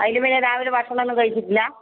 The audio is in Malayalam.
അതിൽ പിന്നെ രാവിലെ ഭക്ഷണമൊന്നും കഴിച്ചിട്ടില്ല